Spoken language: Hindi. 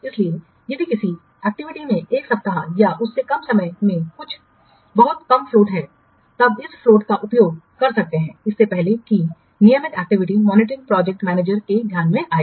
इसलिए यदि किसी एक्टिविटी में 1 सप्ताह या उससे कम समय में बहुत कम फ्लोट है तब इस फ्लोट का उपयोग कर सकते हैं इससे पहले कि नियमित एक्टिविटी मॉनिटरिंग प्रोजेक्ट मैनेजर के ध्यान में आए